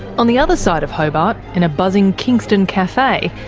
on the other side of hobart, in a buzzing kingston cafe,